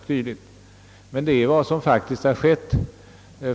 Men detta är vad som har skett.